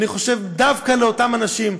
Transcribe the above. אני חושב שדווקא לאותם אנשים.